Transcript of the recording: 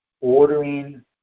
ordering